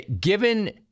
Given